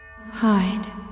Hide